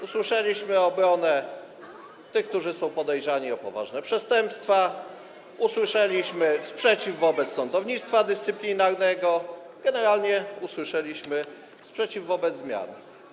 Usłyszeliśmy obronę tych, którzy są podejrzani o poważne przestępstwa, usłyszeliśmy sprzeciw wobec sądownictwa dyscyplinarnego, generalnie usłyszeliśmy sprzeciw wobec zmian.